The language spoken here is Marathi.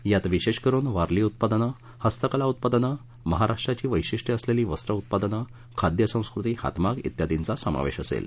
यात विशेष करुन वारली उत्पादनं हस्तकला उत्पादनं महाराष्ट्राची वैशिष्ट्यं असलेली वस्त्र उत्पादनं खाद्यसंस्कृती हातमाग वियार्दीचा समावेश असेल